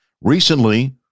recently